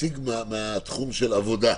נציג מתחום של עבודה.